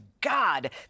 God